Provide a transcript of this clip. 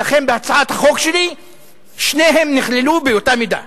ולכן בהצעת החוק שלי שניהם נכללו באותה מידה.